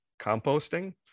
composting